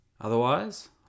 Otherwise